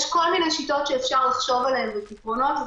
יש כל מיני שיטות שאפשר לחשוב עליהם ופתרונות,